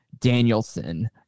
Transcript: Danielson